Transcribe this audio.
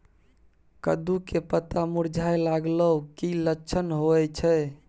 कद्दू के पत्ता मुरझाय लागल उ कि लक्षण होय छै?